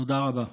תודה רבה.